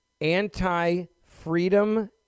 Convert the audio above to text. anti-freedom